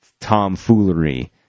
tomfoolery